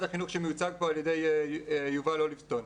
החינוך שמיוצג פה על ידי יובל אוליבסטון.